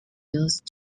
used